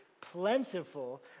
plentiful